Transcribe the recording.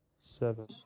seven